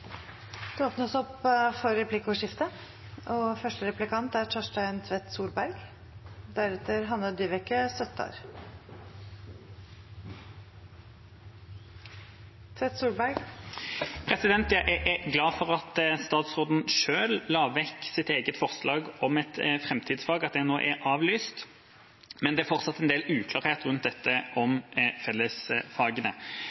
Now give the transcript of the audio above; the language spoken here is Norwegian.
Det blir replikkordskifte. Jeg er glad for at statsråden selv la vekk sitt eget forslag om et framtidsfag, at det nå er avlyst, men det er fortsatt en del uklarhet rundt